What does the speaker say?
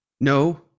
no